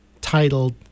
titled